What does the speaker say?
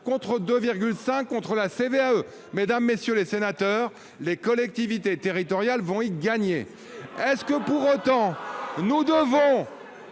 contre 2,5 % pour la CVAE. Mesdames, messieurs les sénateurs, les collectivités territoriales y gagneront. Est-ce que, pour autant, nous devons